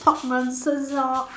talk nonsense lor